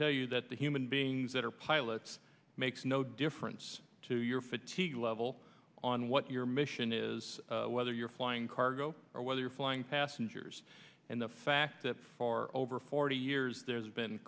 tell you that the human beings that are pilots makes no difference to your fatigue level on what your mission is whether you're flying cargo or whether you're flying passengers and the fact that for over forty years there's been